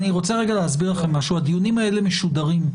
אני רוצה להסביר לכם משהו: הדיונים האלה משודרים,